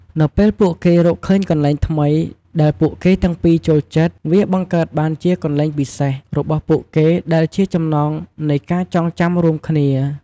នៅពេលពួកគេរកឃើញកន្លែងថ្មីដែលពួកគេទាំងពីរចូលចិត្ត វាបង្កើតបានជា "កន្លែងពិសេស" របស់ពួកគេ ដែលជាចំណងនៃការចងចាំរួមគ្នា។